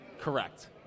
Correct